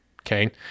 okay